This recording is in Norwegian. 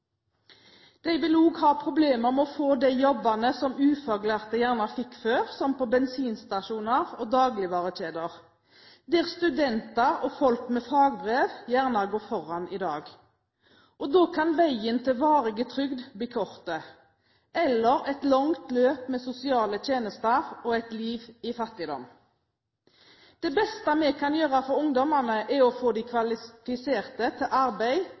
De vil også ha problemer med å få de jobbene som ufaglærte gjerne fikk før på bensinstasjoner og i dagligvarekjeder, der studenter og folk med fagbrev gjerne går foran i dag. Da kan veien til varig trygd bli kort eller bli et langt løp med sosiale tjenester og et liv i fattigdom. Det beste vi kan gjøre for ungdommene, er å få dem kvalifiserte til arbeid